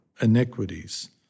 iniquities